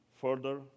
further